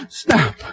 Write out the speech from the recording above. Stop